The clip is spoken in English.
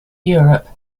europe